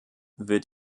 wird